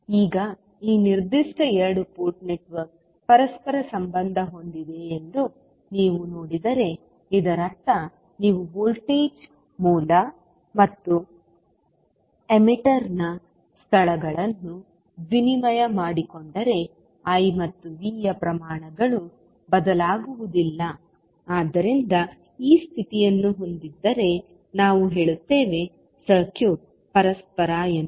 ಈಗ ಈ ನಿರ್ದಿಷ್ಟ ಎರಡು ಪೋರ್ಟ್ ನೆಟ್ವರ್ಕ್ ಪರಸ್ಪರ ಸಂಬಂಧ ಹೊಂದಿದೆಯೆಂದು ನೀವು ನೋಡಿದರೆ ಇದರರ್ಥ ನೀವು ವೋಲ್ಟೇಜ್ ಮೂಲ ಮತ್ತು ಎಮಿಟರ್ ನ ಸ್ಥಳಗಳನ್ನು ವಿನಿಮಯ ಮಾಡಿಕೊಂಡರೆ I ಮತ್ತು V ಯ ಪ್ರಮಾಣಗಳು ಬದಲಾಗುವುದಿಲ್ಲ ಆದ್ದರಿಂದ ಈ ಸ್ಥಿತಿಯನ್ನು ಹೊಂದಿದ್ದರೆ ನಾವು ಹೇಳುತ್ತೇವೆ ಸರ್ಕ್ಯೂಟ್ ಪರಸ್ಪರ ಎಂದು